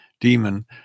demon